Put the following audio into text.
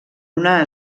una